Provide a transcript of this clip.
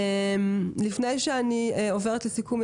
לפני שאני עוברת לסיכום,